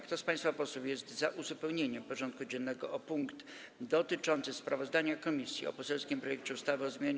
Kto z państwa posłów jest za uzupełnieniem porządku dziennego o punkt dotyczący sprawozdania komisji o poselskim projekcie ustawy o zmianie